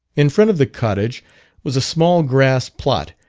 in front of the cottage was a small grass plot,